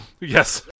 Yes